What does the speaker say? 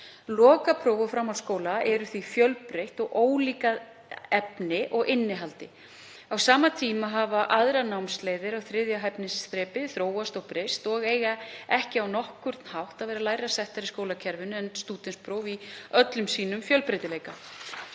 Lokapróf úr framhaldsskóla eru því fjölbreytt og ólík að efni og innihaldi. Á sama tíma hafa aðrar námsleiðir á þriðja hæfniþrepi þróast og breyst og eiga ekki á nokkurn hátt að vera lægra settar í skólakerfinu en stúdentspróf í öllum sínum fjölbreytileika.